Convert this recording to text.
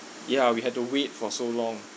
ya we have to wait for so long